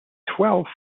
twelve